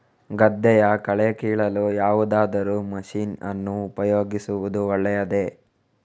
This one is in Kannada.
ಗದ್ದೆಯ ಕಳೆ ಕೀಳಲು ಯಾವುದಾದರೂ ಮಷೀನ್ ಅನ್ನು ಉಪಯೋಗಿಸುವುದು ಒಳ್ಳೆಯದೇ?